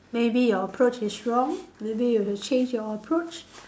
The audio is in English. maybe your approach is wrong maybe you change your approach